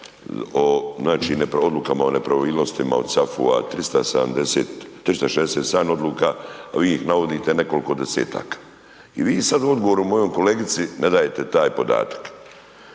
odlukama o nepravilnostima od SAFU-a 367 odluka, vi ih navodite nekoliko desetaka. I vi sad u odgovoru mojom kolegici ne dajete taj podataka.